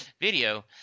video